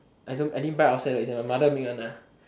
I don't I didn't buy outside one it's like my mother make one lah